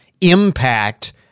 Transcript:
impact